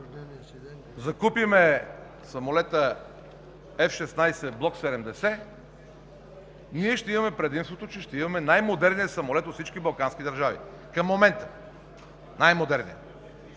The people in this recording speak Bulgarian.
закупим самолета F-16 Block 70, ние ще имаме предимството, че ще имаме най-модерния самолет от всички балкански държави. Към момента – най-модерният.